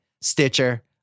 Stitcher